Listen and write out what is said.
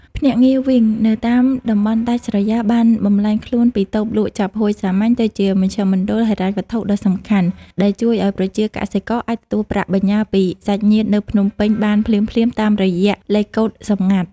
ភ្នាក់ងារ វីង នៅតាមតំបន់ដាច់ស្រយាលបានបំប្លែងខ្លួនពីតូបលក់ចាប់ហួយសាមញ្ញ ទៅជាមជ្ឈមណ្ឌលហិរញ្ញវត្ថុដ៏សំខាន់ ដែលជួយឱ្យប្រជាកសិករអាចទទួលប្រាក់បញ្ញើពីសាច់ញាតិនៅភ្នំពេញបានភ្លាមៗតាមរយៈលេខកូដសម្ងាត់។